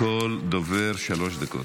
לכל דובר שלוש דקות.